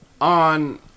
on